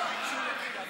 הם ביקשו לדחות.